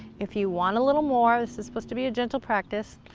if you want a little more, this is supposed to be a gentle practice,